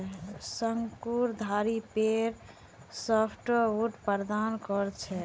शंकुधारी पेड़ सॉफ्टवुड प्रदान कर छेक